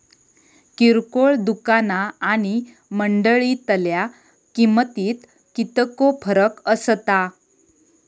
किरकोळ दुकाना आणि मंडळीतल्या किमतीत कितको फरक असता?